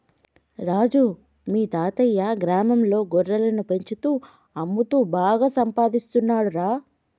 రాజు మీ తాతయ్యా గ్రామంలో గొర్రెలను పెంచుతూ అమ్ముతూ బాగా సంపాదిస్తున్నాడురా